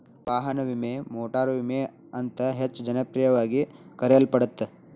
ವಾಹನ ವಿಮೆ ಮೋಟಾರು ವಿಮೆ ಅಂತ ಹೆಚ್ಚ ಜನಪ್ರಿಯವಾಗಿ ಕರೆಯಲ್ಪಡತ್ತ